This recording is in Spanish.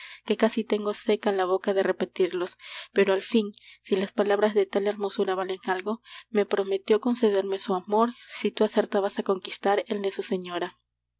que casi tengo seca la boca de repetirlos pero al fin si las palabras de tal hermosura valen algo me prometió concederme su amor si tú acertabas á conquistar el de su señora